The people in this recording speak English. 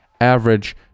Average